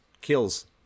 kills